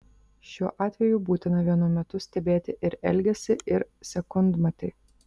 šiuo atveju būtina vienu metu stebėti ir elgesį ir sekundmatį